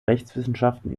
rechtswissenschaften